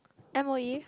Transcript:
m_o_e